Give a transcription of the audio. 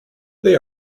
they